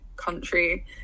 country